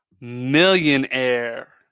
Millionaire